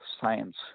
science